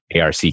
ARC